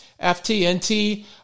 FTNT